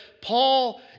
Paul